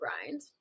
grind